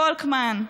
פולקמן,